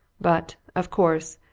but, of course,